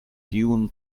tiun